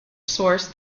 source